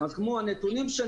הנתונים,